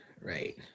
Right